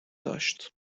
داشت